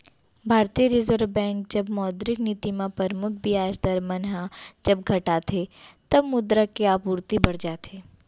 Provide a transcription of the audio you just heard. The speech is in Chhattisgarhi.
भारतीय रिर्जव बेंक जब मौद्रिक नीति म परमुख बियाज दर मन ह जब घटाथे तब मुद्रा के आपूरति बड़ जाथे